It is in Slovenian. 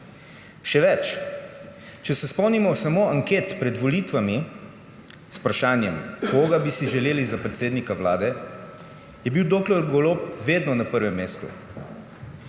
Še več. Če se spomnimo samo anket pred volitvami z vprašanjem, koga bi si želeli za predsednika Vlade, je bil dr. Golob vedno na prvem mestu,